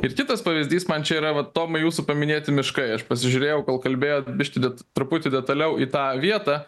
ir kitas pavyzdys man čia yra vat tomai jūsų paminėti miškai aš pasižiūrėjau kol kalbėjot biškį det truputį detaliau į tą vietą